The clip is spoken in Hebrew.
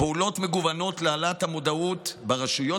פעולות מגוונות להעלאת המודעות ברשויות